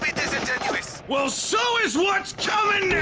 disingenuous! well, so is what's coming